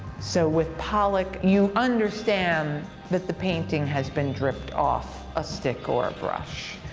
so, with pollock, you understand that the painting has been dripped off a stick or a brush.